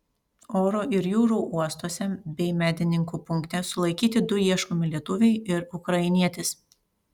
oro ir jūrų uostuose bei medininkų punkte sulaikyti du ieškoti lietuviai ir ukrainietis